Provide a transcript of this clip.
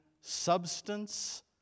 substance